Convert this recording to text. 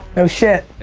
no shit.